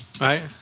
Right